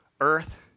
earth